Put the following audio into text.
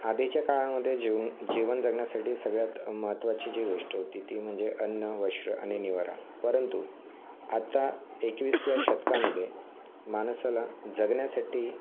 आधीच्या काळामध्ये जीव जीवन जगण्यासाठी सगळ्यात महत्त्वाची जी गोष्ट होती ती म्हणजे अन्न वस्त्र आणि निवारा परंतु आता एकविसाव्या शतकामध्ये माणसाला जगण्यासाठी